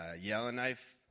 Yellowknife